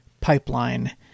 pipeline